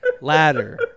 ladder